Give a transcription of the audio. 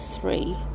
three